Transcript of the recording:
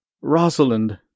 Rosalind